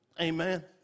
Amen